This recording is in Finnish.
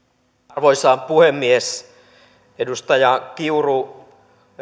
arvoisa puhemies edustaja kiuru